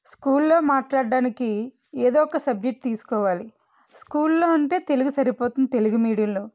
స్కూల్లో మాట్లాడడానికి ఏదో ఒక సబ్జెక్ట్ తీసుకోవాలి స్కూల్లో అంటే తెలుగు సరిపోతుంది తెలుగు మీడియంలో